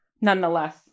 nonetheless